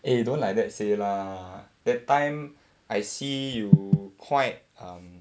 eh don't like that say lah that time I see you quite um